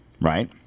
right